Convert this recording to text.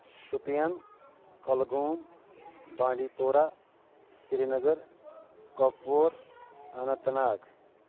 Shopian Kulgam Bandipora Srinagar Kupwara Anant Nag